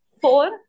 four